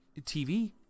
TV